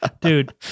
dude